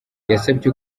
yasabye